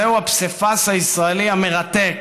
זהו הפסיפס הישראלי המרתק,